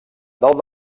dalt